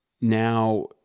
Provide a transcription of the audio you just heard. now